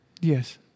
yes